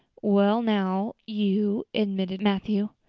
well now, you, admitted matthew.